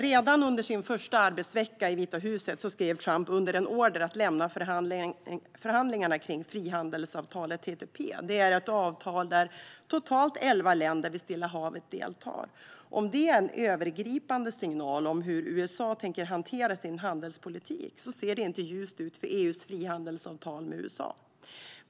Redan under sin första arbetsvecka i Vita huset skrev Trump under en order om att man skulle lämna förhandlingarna kring frihandelsavtalet TTP - ett avtal där totalt elva länder vid Stilla Havet ingår. Om det är en övergripande signal om hur USA tänker hantera sin handelspolitik ser det inte ljust ut för EU:s frihandelsavtal med USA.